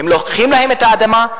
לוקחים להם את האדמה,